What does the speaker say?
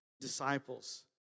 disciples